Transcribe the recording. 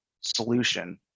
solution